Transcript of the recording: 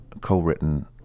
co-written